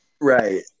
Right